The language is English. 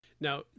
Now